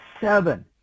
seven